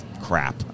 crap